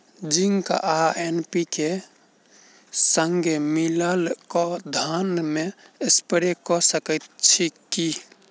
Zinc आ NPK, संगे मिलल कऽ धान मे स्प्रे कऽ सकैत छी की?